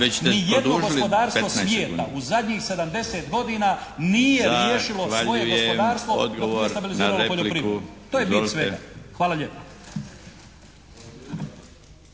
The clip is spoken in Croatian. Ni jedno gospodarstvo svijeta u zadnjih 70 godina nije riješilo svoje gospodarstvo dok nije stabiliziralo poljoprivredu. To je bit svega. Hvala lijepa.